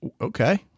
okay